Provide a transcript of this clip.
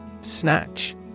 Snatch